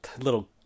little